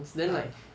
ah